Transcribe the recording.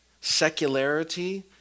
Secularity